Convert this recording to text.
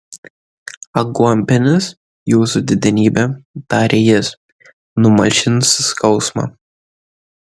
aguonpienis jūsų didenybe tarė jis numalšins skausmą